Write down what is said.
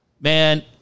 Man